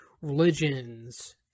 religions